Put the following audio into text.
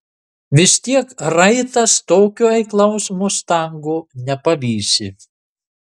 vis tiek raitas tokio eiklaus mustango nepavysi